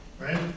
Right